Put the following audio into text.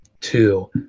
Two